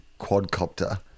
quadcopter